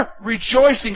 rejoicing